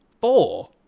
Four